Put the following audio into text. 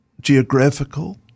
geographical